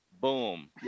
Boom